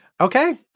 Okay